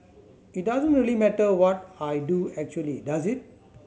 it doesn't really matter what I do actually does it